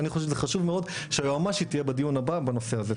ואני חושב שזה חשוב מאוד שהיועמ"שית תהיה בדיון הבא בנושא הזה.